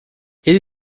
ele